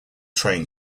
train